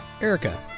Erica